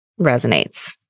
resonates